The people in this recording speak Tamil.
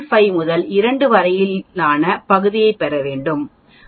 5 முதல் 2 வரையிலான பகுதியைப் பெற வேண்டும் 1